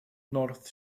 north